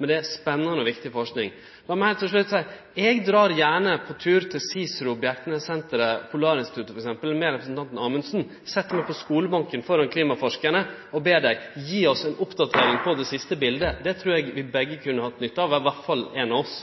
men det er spennande og viktig forsking. Lat meg heilt til slutt seie: Eg dreg gjerne på tur til CICERO, Bjerknessenteret eller Polarinstituttet f.eks., med representanten Amundsen, set meg på skolebenken framfor klimaforskarane og ber dei gje oss ei oppdatering på det siste biletet. Det trur eg vi begge kunne hatt nytte av – iallfall ein av oss.